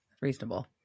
reasonable